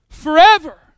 forever